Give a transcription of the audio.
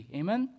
amen